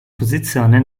posizione